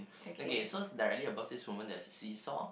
okay so directly above this women there's a seesaw